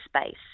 space